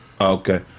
Okay